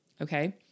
Okay